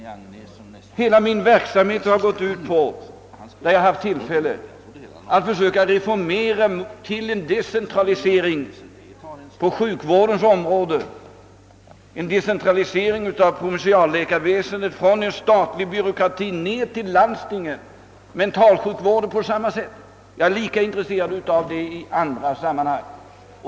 Hela min verksamhet har gått ut på att, när jag haft tillfälle därtill, försöka reformera genom decentralisering. Det har skett på sjukvårdens område med en decentralisering av provinsialläkarväsendet från en statlig byråkrati ner till landstingen och samma sak gäller mentalsjukvården. Jag är lika intresserad av decentralisering i andra sammanhang.